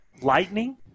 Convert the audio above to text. lightning